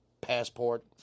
passport